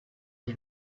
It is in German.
ich